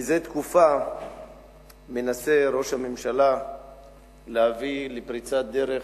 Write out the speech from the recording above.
זה תקופה מנסה ראש הממשלה להביא לפריצת דרך